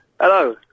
Hello